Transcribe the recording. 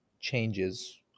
changes